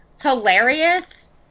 hilarious